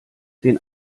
den